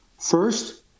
First